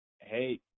Hey